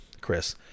chris